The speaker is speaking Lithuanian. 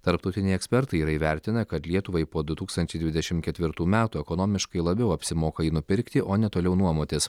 tarptautiniai ekspertai yra įvertinę kad lietuvai po du tūkstančiai dvidešim ketvirtų metų ekonomiškai labiau apsimoka jį nupirkti o ne toliau nuomotis